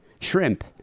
Shrimp